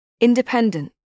Independent